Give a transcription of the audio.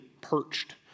perched